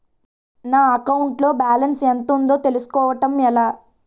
నా అకౌంట్ లో బాలన్స్ ఎంత ఉందో తెలుసుకోవటం ఎలా?